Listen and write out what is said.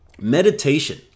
meditation